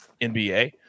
NBA